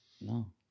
No